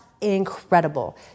incredible